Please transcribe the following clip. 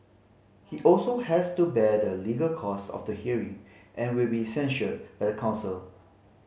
he also has to bear the legal cost of the hearing and will be censured by the council